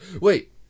Wait